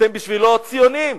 אתם בשבילו הציונים,